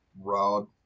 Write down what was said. Rod